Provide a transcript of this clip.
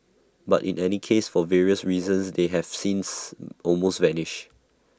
but in any case for various reasons they have since almost vanished